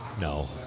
No